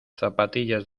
zapatillas